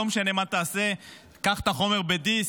לא משנה מה תעשה: קח את החומר בדיסק,